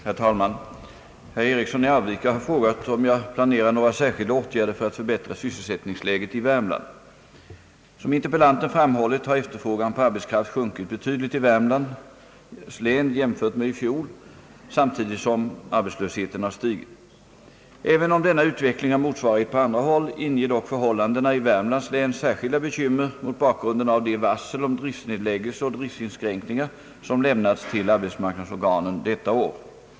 Herr talman! Herr Karl-Erik Eriksson har frågat om jag planerar några särskilda åtgärder för att förbättra sysselsättningsläget i Värmland. Som interpellanten framhållit har efterfrågan på arbetskraft sjunkit betydligt i Värmlands län jämfört med i fjol. Samtidigt har arbetslösheten stigit. Även om denna utveckling har motsvarighet på andra håll inger dock förhållandena i Värmlands län särskilda bekymmer mot bakgrunden av de varsel om driftnedläggelse och driftinskränkningar som lämnats till arbetsmarknadsorganen detta år.